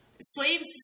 slaves